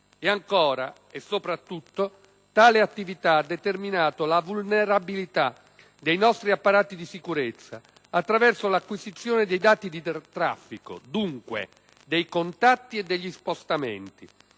E ancora, e soprattutto, tale attività ha determinato la vulnerabilità dei nostri apparati di sicurezza attraverso l'acquisizione dei dati di traffico e dunque dei contatti e degli spostamenti